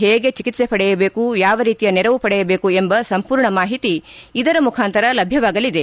ಹೇಗೆ ಚಿಕಿತ್ತೆ ಪಡೆಯಬೇಕು ಯಾವ ರೀತಿಯ ನೆರವು ಪಡೆಯಬೇಕು ಎಂಬ ಸಂಪೂರ್ಣ ಮಾಹಿತಿ ಇದರ ಮುಖಾಂತರ ಲಭ್ಯವಾಗಲಿದೆ